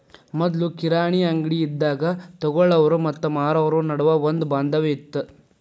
ಮೊದ್ಲು ಕಿರಾಣಿ ಅಂಗ್ಡಿ ಇದ್ದಾಗ ತೊಗೊಳಾವ್ರು ಮತ್ತ ಮಾರಾವ್ರು ನಡುವ ಒಂದ ಬಾಂಧವ್ಯ ಇತ್ತ